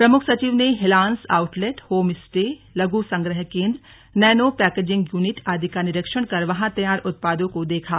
प्रमुख सचिव ने हिलांस आउटलेट होम स्टे लघु संग्रह केंद्र नैनो पेकेजिंग यूनिट आदि का निरीक्षण कर वहां तैयार उत्पादों को देखा